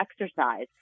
exercise